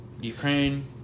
Ukraine